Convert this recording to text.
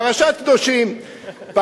פרשת קדושים,